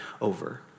over